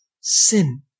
sin